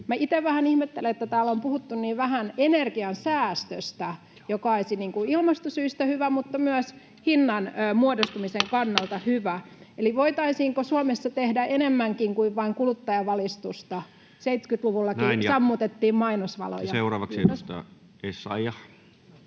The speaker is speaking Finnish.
itse vähän ihmettelen, että täällä on puhuttu niin vähän energian säästöstä, joka olisi ilmastosyistä hyvä mutta myös hinnan muodostumisen kannalta hyvä. Eli voitaisiinko Suomessa tehdä enemmänkin kuin vain kuluttajavalistusta? 70-luvullakin sammutettiin mainosvaloja. [Speech 180] Speaker: